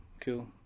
Cool